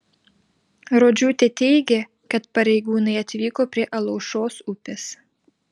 rodžiūtė teigia kad pareigūnai atvyko prie alaušos upės